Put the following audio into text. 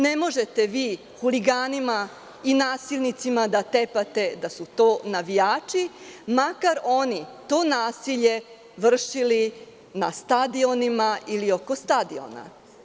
Ne možete vi huliganima i nasilnicima da tepate da su to navijači, makar oni to nasilje vršili na stadionima ili oko stadiona.